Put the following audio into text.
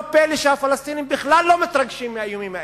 לא פלא שהפלסטינים בכלל לא מתרגשים מהאיומים האלה.